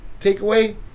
takeaway